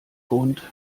grund